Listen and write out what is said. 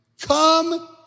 Come